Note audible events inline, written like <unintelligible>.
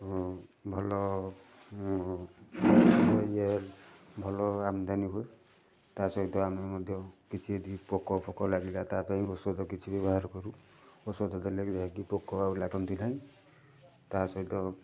ଭଲ ଇଏ ଭଲ ଆମଦାନୀ ହୁଏ ତା ସହିତ ଆମେ ମଧ୍ୟ କିଛି ଯଦି ପୋକ ଫୋକ ଲାଗିଲା ତା ପାଇଁ ଔଷଧ କିଛି ବ୍ୟବହାର କରୁ ଔଷଧ ଦେଲେ <unintelligible> ପୋକ ଆଉ ଲାଗନ୍ତି ନାହିଁ ତା ସହିତ